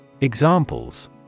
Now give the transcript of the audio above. Examples